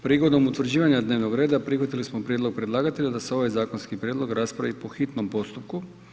Prigodom utvrđivanja dnevnog reda prihvatili smo prijedlog predlagatelja da se ovaj zakonski prijedlog raspravi po hitnom postupku.